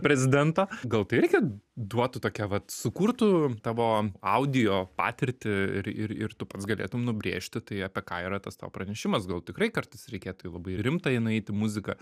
prezidento gal tai irgi duotų tokią vat sukurtų tavo audio patirtį ir ir ir tu pats galėtum nubrėžti tai apie ką yra tas tau pranešimas gal tikrai kartais reikėtų į labai rimtąją nueiti muziką